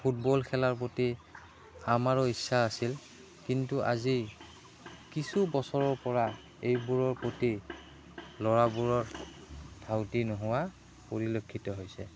football খেলাৰ প্ৰতি আমাৰো ইচ্ছা আছিল কিন্তু আজি কিছু বছৰৰ পৰা এইবোৰৰ প্ৰতি ল'ৰাবোৰৰ ধাউতি নোহোৱা পৰিলক্ষিত হৈছে